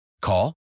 Call